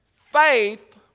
faith